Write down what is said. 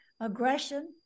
aggression